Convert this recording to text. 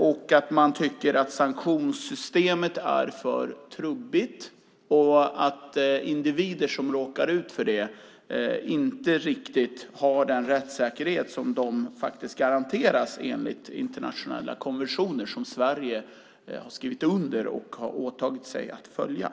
Vi tycker att sanktionssystemet är för trubbigt och att individer som råkar ut för det inte riktigt har den rättssäkerhet som de faktiskt garanteras enligt internationella konventioner som Sverige har skrivit under och åtagit sig att följa.